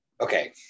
okay